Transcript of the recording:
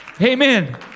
Amen